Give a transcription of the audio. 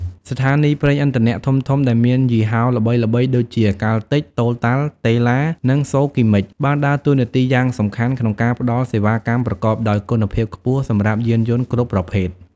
ស្ថានីយ៍ប្រេងឥន្ធនៈធំៗដែលមានយីហោល្បីៗដូចជា កាល់តិច , តូតាល់ , តេឡា និង សូគីម៉ិច បានដើរតួនាទីយ៉ាងសំខាន់ក្នុងការផ្តល់សេវាកម្មប្រកបដោយគុណភាពខ្ពស់សម្រាប់យានយន្តគ្រប់ប្រភេទ។